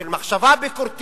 של מחשבה ביקורתית,